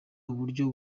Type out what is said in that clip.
uburyo